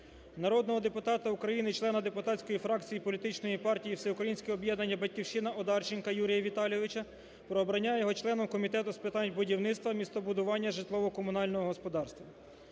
Народного депутата України, члена депутатської фракції політичної партії "Всеукраїнське об'єднання "Батьківщина" Одарченка Юрія Віталійовича про обрання його членом Комітету з питань будівництва, містобудування, житлово-комунального господарства.